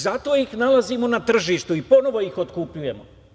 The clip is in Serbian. Zato ih nalazimo na tržištu i ponovo ih otkupljujemo.